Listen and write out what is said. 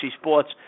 sports